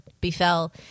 befell